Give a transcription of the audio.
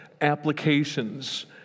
applications